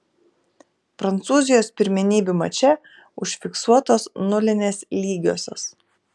prancūzijos pirmenybių mače užfiksuotos nulinės lygiosios